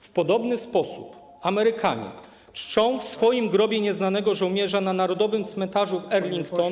W podobny sposób Amerykanie czczą w swoim grobie nieznanego żołnierza na Narodowym Cmentarzu w Arlington.